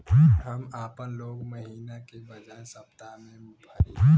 हम आपन लोन महिना के बजाय सप्ताह में भरीला